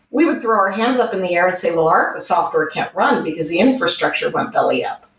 we would throw our hands up in the air and say, well, our software can't run, because the infrastructure went belly up.